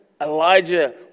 Elijah